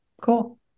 cool